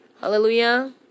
hallelujah